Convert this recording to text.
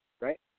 right